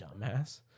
dumbass